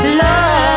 love